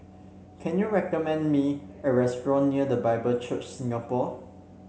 can you recommend me a restaurant near The Bible Church Singapore